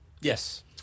Yes